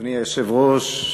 אדוני היושב-ראש,